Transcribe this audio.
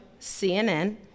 cnn